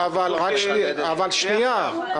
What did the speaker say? שנייה.